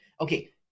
okay